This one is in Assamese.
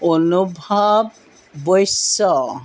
অনুভৱ বৈশ্য